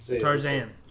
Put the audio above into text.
Tarzan